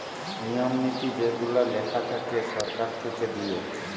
নিয়ম নীতি যেগুলা লেখা থাকে সরকার থেকে দিয়ে